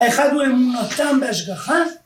‫אחד הוא אמונותם בהשגחה.